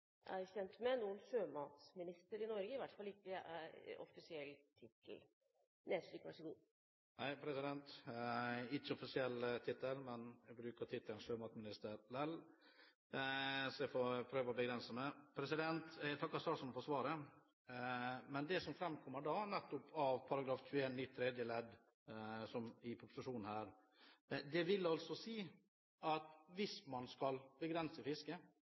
sjømatminister i Norge – det er i hvert fall ikke en offisiell tittel. Det er ikke en offisiell tittel, men jeg bruker tittelen sjømatminister lell – jeg får prøve å begrense meg. Jeg takker statsråden for svaret. Det som framkommer i proposisjonen vedrørende § 21 nytt tredje ledd, er altså at hvis man skal begrense fisket,